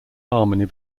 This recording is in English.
harmony